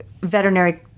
veterinary